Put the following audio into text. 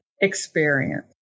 experience